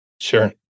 Sure